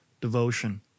devotion